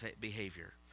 behavior